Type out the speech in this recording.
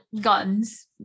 guns